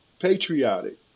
patriotic